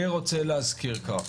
אני רוצה להזכיר כך,